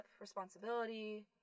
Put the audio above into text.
responsibility